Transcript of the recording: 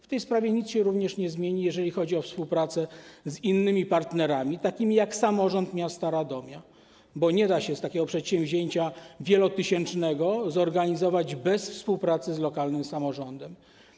W tej sprawie nic się również nie zmieni, jeżeli chodzi o współpracę z innymi partnerami, takimi jak samorząd miasta Radomia, bo nie da się takiego wielotysięcznego przedsięwzięcia zorganizować bez współpracy z lokalnym samorządem.